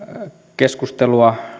keskustelua